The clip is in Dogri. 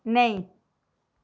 नेईं